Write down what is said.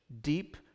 deep